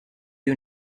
you